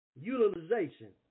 utilization